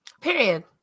Period